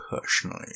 personally